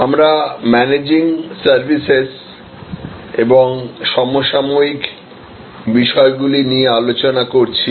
আমরা managing services এবং সমসাময়িক বিষয়গুলি নিয়ে আলোচনা করছি